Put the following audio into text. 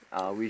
oh